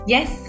Yes